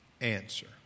answer